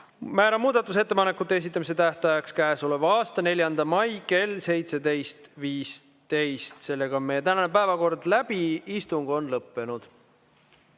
Määran muudatusettepanekute esitamise tähtajaks käesoleva aasta 4. mai kell 17.15. Meie tänane päevakord on läbi. Istung on lõppenud.